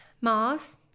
Mars